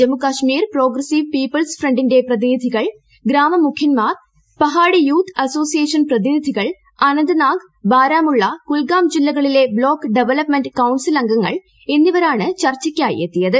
Jammu Kashmir progressive people's ഫ്രണ്ടിന്റെ പ്രതിനിധികൾ ഗ്രാമമുഖ്യൻമാർ പഹാഡിയൂത്ത് association പ്രതിനിധികൾ അനന്ത്നാഗ് ബാരാമുള്ള കുൽഗാം ജില്ലകളിലെ ബ്ലോക്ക് ഡെവലപ്മെന്റ് കൌൺസിൽ അംഗങ്ങൾ എന്നിവരാണ് ചർച്ചയ്ക്കായി എത്തിയത്